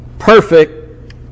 Perfect